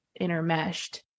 intermeshed